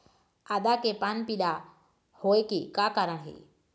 आदा के पान पिला होय के का कारण ये?